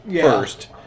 first